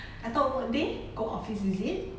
I thought work day go office is it